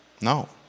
No